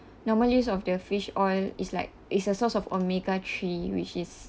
normal use of the fish oil is like it's a source of omega-three which is